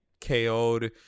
KO'd